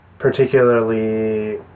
particularly